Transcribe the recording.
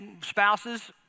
spouses